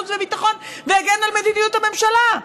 החוץ והביטחון והגן על מדיניות הממשלה.